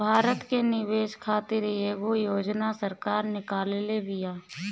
भारत में निवेश खातिर कईगो योजना सरकार निकलले बिया